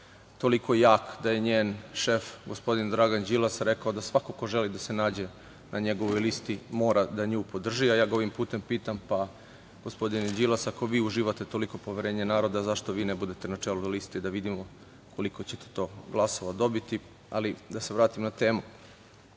toliko jak da je njen šef gospodin Dragan Đilas rekao da svako ko želi da se nađe na njegovoj listi mora da nju podrži, a ja ga ovim putem pitam – gospodine Đilas, ako vi uživate toliko poverenje naroda, zašto vi ne budete na čelo liste i da vidimo koliko ćete glasova dobiti? Ali, da se vratim na temu.